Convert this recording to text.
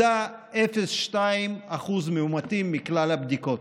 0.02% מאומתים מכלל הבדיקות.